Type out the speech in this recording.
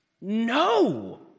no